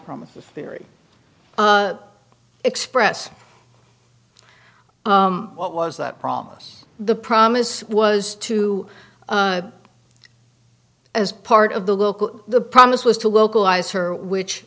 promise theory express what was that promise the promise was to as part of the local the promise was to localise her which